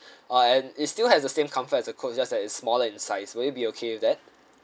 uh and it still has the same comfort as the coach just that it's smaller in size will you be okay with that